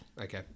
Okay